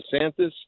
DeSantis